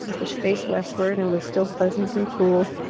which faced westward, and was still pleasant and cool.